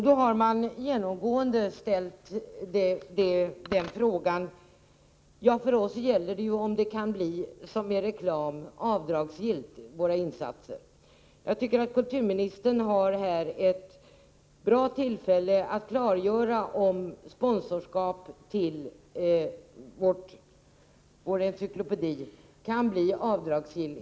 De har genomgående sagt: Det gäller för oss att våra insatser, i likhet med reklamsatsningar, kan bli avdragsgilla. Kulturministern har här ett bra tillfälle att klargöra om sponsring av vår encyklopedi kan bli avdragsgill.